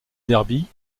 derby